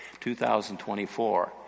2024